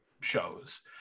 shows